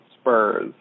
Spurs